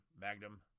Magnum